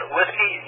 Whiskey